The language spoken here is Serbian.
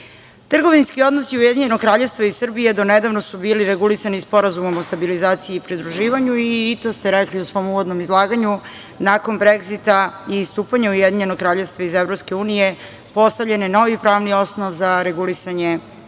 Trgovinski odnosi Ujedinjenog Kraljevstva i Srbije do nedavno su bili regulisani Sporazumom o stabilizaciji i pridruživanju i to ste rekli u svom uvodnom izlaganju, nakon "Bregzita" i istupanja Ujedinjenog Kraljevstva iz EU, postavljen je novi pravni osnov za regulisanje